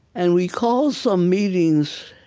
and we called some meetings